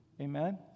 Amen